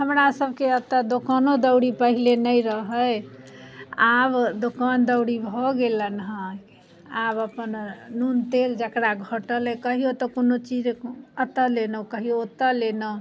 हमरासबके ओतऽ दोकानो दौरी पहिले नहि रहै आब दोकान दौरी भऽ गेलै हँ अहाँके आब अपन नून तेल जकरा घटलै कहिओ तऽ कोनो चीज एतऽ लेलहुँ कहिओ ओतऽ लेलहुँ